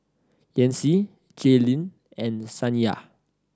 Yancy Jaylyn and Saniya